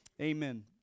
Amen